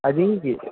అదీ